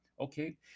okay